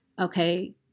Okay